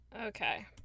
Okay